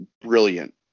brilliant